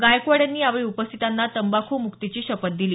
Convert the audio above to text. गायकवाड यांनी यावेळी उपस्थितांना तंबाखू मुक्तीची शपथ दिली